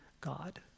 God